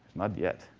not yet.